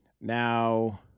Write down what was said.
Now